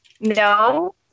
No